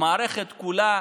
המערכת כולה.